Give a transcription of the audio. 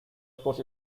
sports